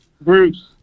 Bruce